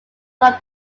from